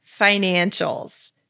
financials